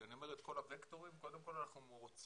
כשאני אומר את כל הווקטורים, קודם כל אנחנו רוצים